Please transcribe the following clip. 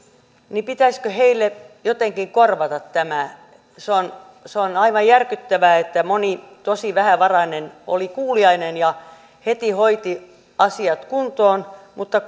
pitäisikö heille jotenkin korvata tämä se on se on aivan järkyttävää että moni tosi vähävarainen oli kuuliainen ja heti hoiti asiat kuntoon mutta